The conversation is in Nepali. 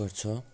गर्छ